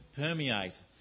permeate